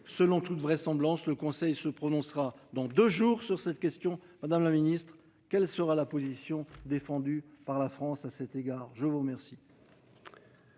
Selon toute vraisemblance le Conseil se prononcera, dans deux jours sur cette question, madame la Ministre, quelle sera la position défendue par la France à cet égard, je vous remercie.--